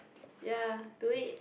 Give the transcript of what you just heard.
ya do it